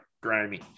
grimy